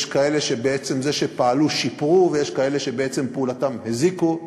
יש כאלה שבעצם זה שפעלו שיפרו ויש כאלה שבעצם פעולתם הזיקו,